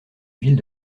ville